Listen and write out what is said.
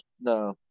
no